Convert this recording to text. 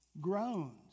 groans